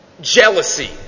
jealousy